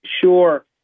Sure